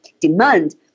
demand